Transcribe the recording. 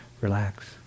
relax